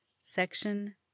Section